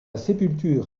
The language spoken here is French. sépulture